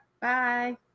Bye